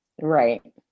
Right